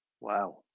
Wow